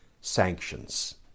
sanctions